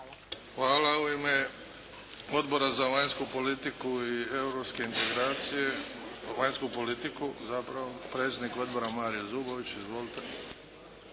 Hvala. U ime Odbora za vanjsku politiku i europske integracije. Vanjsku politiku zapravo. Predsjednik odbora Mario Zubović. Izvolite.